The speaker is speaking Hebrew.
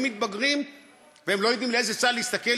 מתבגרים והם לא יודעים לאיזה צד להסתכל,